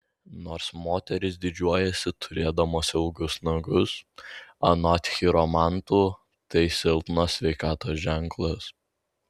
nors moterys didžiuojasi turėdamos ilgus nagus anot chiromantų tai silpnos sveikatos ženklas